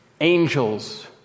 angels